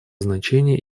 значение